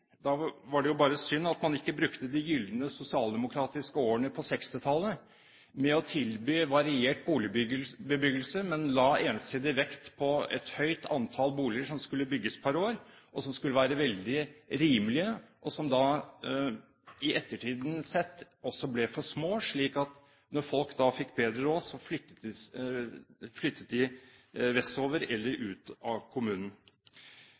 Da var det jo bare synd at man ikke brukte de gylne sosialdemokratiske årene på 1960-tallet til å tilby variert boligbebyggelse, men la ensidig vekt på et høyt antall boliger som skulle bygges pr. år, og som skulle være veldig rimelige, men som i ettertiden sett ble for små, slik at når folk fikk bedre råd, så flyttet de vestover eller ut av kommunen.